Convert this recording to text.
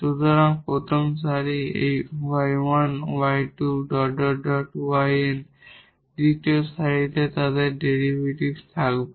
সুতরাং এখানে প্রথম সারি এই 𝑦1 𝑦2 𝑦𝑛 দ্বিতীয় সারিতে তাদের ডেরিভেটিভ থাকবে